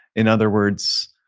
in other words,